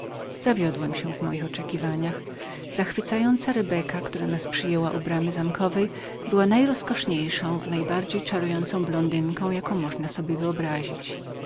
zawiodłem się w moich oczekiwaniach zachwycająca rebeka która nas przyjęła u bramy zamkowej była najroskoszniejszą jasnowłosą jaką można sobie wyobrazić